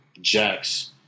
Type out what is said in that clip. Jax